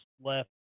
left